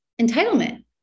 entitlement